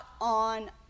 on